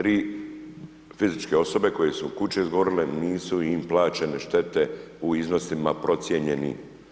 3 fizičke osobe kojima su kuće izgorile nisu im plaćene štete u iznosima procjenjeni.